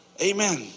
Amen